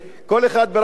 כל אחד ברהט,